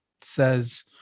says